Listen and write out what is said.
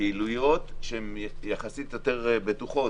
פעילויות שהן יחסית יותר בטוחות